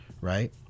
Right